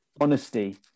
honesty